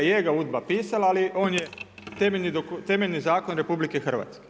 Je ga UDBA pisala, ali on je temeljni zakon RH.